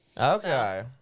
Okay